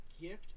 gift